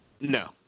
No